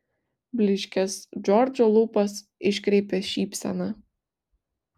blyškias džordžo lūpas iškreipė šypsena